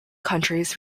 countries